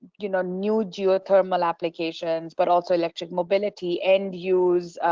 you know new geothermal applications but also electric mobility, end use,